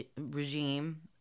regime